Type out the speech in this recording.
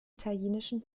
italienischen